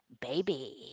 baby